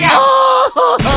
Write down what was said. yeah o